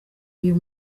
uyu